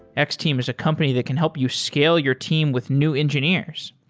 x-team is a company that can help you scale your team with new engineers.